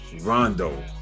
Rondo